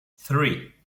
three